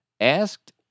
Asked